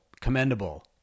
Commendable